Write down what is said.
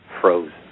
frozen